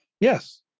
Yes